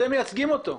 אתם מייצגים אותו.